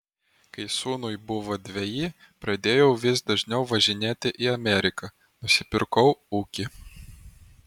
kai sūnui buvo dveji pradėjau vis dažniau važinėti į ameriką nusipirkau ūkį